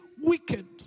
wicked